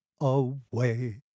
away